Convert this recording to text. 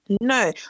No